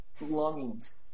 longings